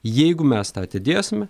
jeigu mes tą atidėsime